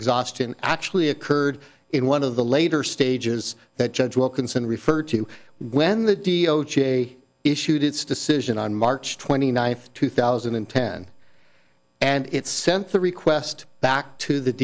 exhaustion actually occurred in one of the later stages that judge wilkinson referred to when the d o j issued its decision on march twenty ninth two thousand and ten and it sent the request back to the